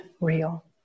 real